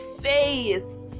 face